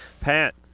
Pat